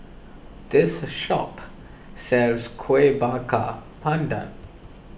this shop sells Kuih Bakar Pandan